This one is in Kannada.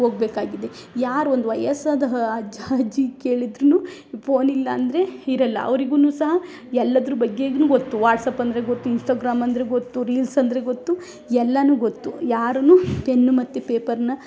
ಹೋಗ್ಬೇಕಾಗಿದೆ ಯಾರು ಒಂದು ವಯಸ್ಸಾದ ಹ ಅಜ್ಜ ಅಜ್ಜಿ ಕೇಳಿದ್ರು ಫೋನಿಲ್ಲ ಅಂದರೆ ಇರೋಲ್ಲ ಅವ್ರಿಗು ಸಹ ಎಲ್ಲದ್ರ ಬಗ್ಗೆ ಗೊತ್ತು ವಾಟ್ಸ್ಆ್ಯಪ್ ಅಂದರೆ ಗೊತ್ತು ಇನ್ಸ್ಟಗ್ರಾಮ್ ಅಂದರೆ ಗೊತ್ತು ರೀಲ್ಸ್ ಅಂದರೆ ಗೊತ್ತು ಎಲ್ಲ ಗೊತ್ತು ಯಾರನ್ನು ಪೆನ್ನು ಮತ್ತು ಪೇಪರ್ನ